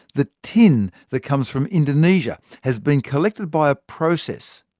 the tin that comes from indonesia has been collected by a process,